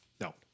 no